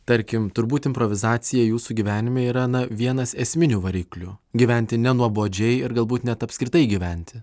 tarkim turbūt improvizacija jūsų gyvenime yra na vienas esminių variklių gyventi nenuobodžiai ir galbūt net apskritai gyventi